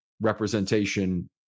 representation